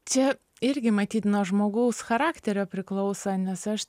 čia irgi matyt nuo žmogaus charakterio priklauso nes aš